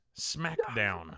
SmackDown